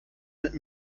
mit